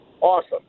Awesome